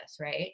Right